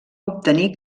obtenir